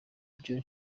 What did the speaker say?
byo